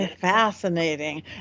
fascinating